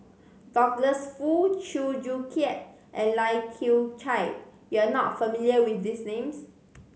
Douglas Foo Chew Joo Chiat and Lai Kew Chai you are not familiar with these names